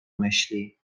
myśli